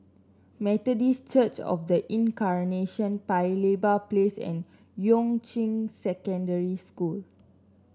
Methodist Church Of The Incarnation Paya Lebar Place and Yuan Ching Secondary School